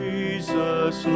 Jesus